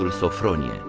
ah sofronie,